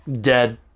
dead